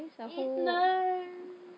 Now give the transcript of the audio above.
it's nice